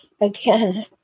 Again